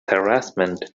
harassment